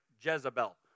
Jezebel